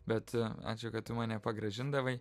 bet ačiū kad tu mane pagrąžindavai